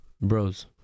bros